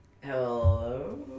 Hello